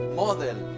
model